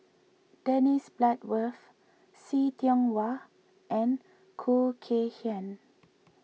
Dennis Bloodworth See Tiong Wah and Khoo Kay Hian